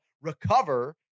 recover